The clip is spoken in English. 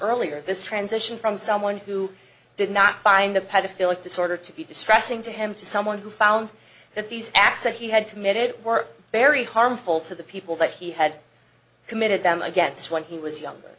earlier this transition from someone who did not find a pedophile it disorder to be distressing to him to someone who found that these acts that he had committed were very harmful to the people that he had committed them against when he was younger